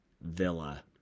Villa